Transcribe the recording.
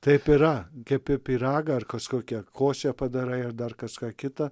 taip yra kepi pyragą ar kažkokią košę padarai ar dar kažką kitą